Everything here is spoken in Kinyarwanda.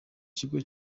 kigo